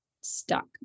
stuck